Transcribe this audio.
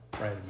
right